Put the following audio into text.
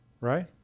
Right